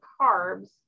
carbs